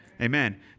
Amen